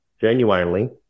genuinely